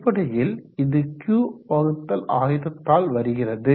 அடிப்படையில் இது Q1000 ஆல் வருகிறது